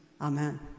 Amen